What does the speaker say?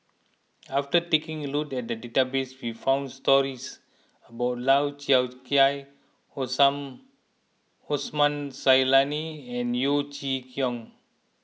after taking a look at the database we found stories about Lau Chiap Khai Osman Zailani and Yeo Chee Kiong